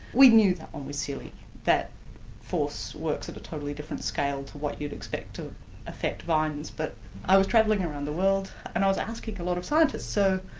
we knew that one was silly that force works at a totally different scale to what you'd expect to affect vines. but i was travelling around the world and i was asking a lot of scientists, so,